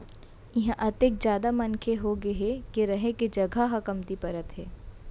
इहां अतेक जादा मनखे होगे हे के रहें के जघा ह कमती परत हे